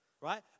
Right